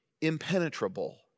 impenetrable